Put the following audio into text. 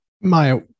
Maya